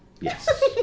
Yes